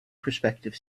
prospective